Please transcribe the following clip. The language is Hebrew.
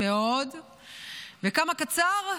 וכמה קצר,